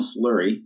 slurry